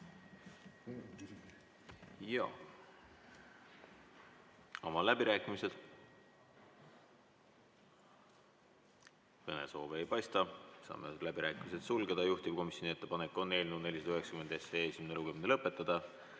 Avan läbirääkimised. Kõnesoove ei paista, saame läbirääkimised sulgeda. Juhtivkomisjoni ettepanek on eelnõu 490 esimene lugemine lõpetada.